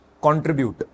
Contribute